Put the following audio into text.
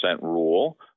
rule